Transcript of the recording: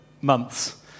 months